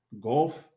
golf